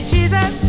Jesus